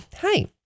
Hi